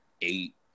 eight